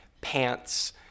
pants